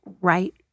right